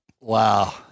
Wow